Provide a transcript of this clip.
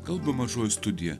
kalba mažoji studija